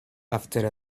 after